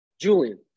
Julian